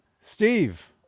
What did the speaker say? Steve